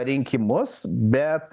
rinkimus bet